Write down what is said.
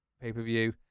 pay-per-view